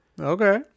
Okay